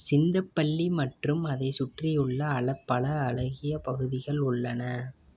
சிந்தப்பள்ளி மற்றும் அதை சுற்றியுள்ள அல பல அழகிய பகுதிகள் உள்ளன